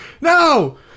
no